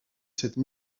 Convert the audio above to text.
cette